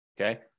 Okay